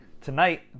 tonight